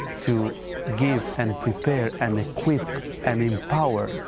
to give and prepare and equip and empower,